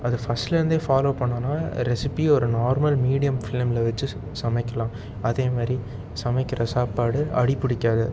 அதை ஃபரஸ்ட்லயிருந்து ஃபாலோவ் பண்ணிணோன்னா ரெஸிப்பியை ஒரு நார்மல் மீடியம் ஃப்ளேமில் வச்சி சமைக்கலாம் அதே மாதிரி சமைக்கிற சாப்பாடு அடி பிடிக்காது